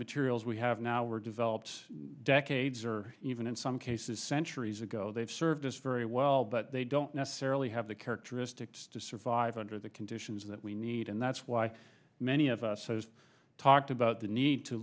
materials we have now were develops decades or even in some cases centuries ago they've served us very well but they don't necessarily have the characteristics to survive under the conditions that we need and that's why many of us has talked about the need to